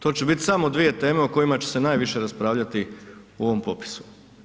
To će biti samo dvije teme o kojima će se najviše raspravljati u ovom popisu.